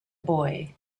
boy